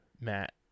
matt